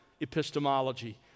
epistemology